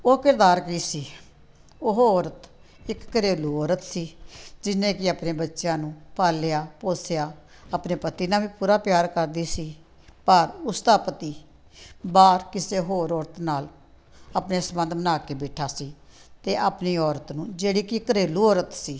ਉਹ ਕਿਰਦਾਰ ਕੀ ਸੀ ਉਹ ਔਰਤ ਇੱਕ ਘਰੇਲੂ ਔਰਤ ਸੀ ਜਿਹਨੇ ਕਿ ਆਪਣੇ ਬੱਚਿਆਂ ਨੂੰ ਪਾਲਿਆ ਪੋਸਿਆ ਆਪਣੇ ਪਤੀ ਨਾਲ ਵੀ ਪੂਰਾ ਪਿਆਰ ਕਰਦੀ ਸੀ ਪਰ ਉਸਦਾ ਪਤੀ ਬਾਹਰ ਕਿਸੇ ਹੋਰ ਔਰਤ ਨਾਲ ਆਪਣੇ ਸੰਬੰਧ ਬਣਾ ਕੇ ਬੈਠਾ ਸੀ ਅਤੇ ਆਪਣੀ ਔਰਤ ਨੂੰ ਜਿਹੜੀ ਕਿ ਘਰੇਲੂ ਔਰਤ ਸੀ